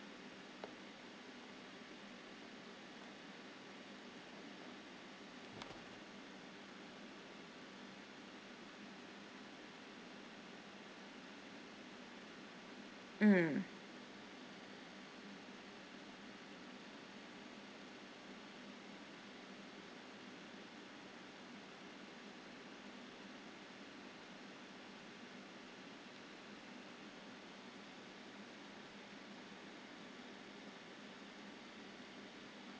mm